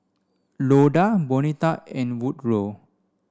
Loda Bonita and Woodrow